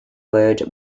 word